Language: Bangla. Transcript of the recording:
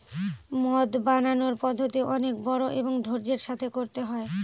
মদ বানানোর পদ্ধতি অনেক বড়ো এবং ধৈর্য্যের সাথে করতে হয়